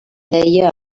deia